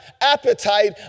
appetite